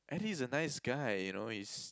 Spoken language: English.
Eddie is a nice guy you know he is